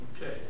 Okay